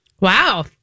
Wow